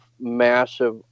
massive